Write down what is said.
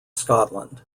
scotland